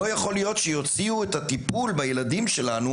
לא יכול להיות שיוציאו את הטיפול בילדים שלנו,